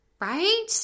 Right